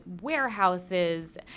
warehouses